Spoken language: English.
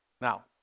now